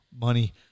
money